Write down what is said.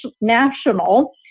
national